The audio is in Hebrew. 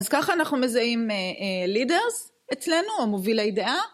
אז ככה אנחנו מזהים לידרס אצלנו או מובילי דעה.